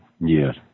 Yes